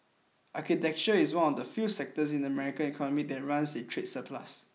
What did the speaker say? agriculture is one of the few sectors of the American economy that runs a trade surplus